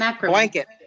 blanket